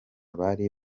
bari